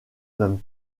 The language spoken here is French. même